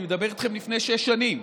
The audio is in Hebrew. אני מדבר איתכם על לפני שש שנים,